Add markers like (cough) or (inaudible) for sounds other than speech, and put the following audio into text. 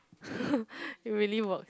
(laughs) it really works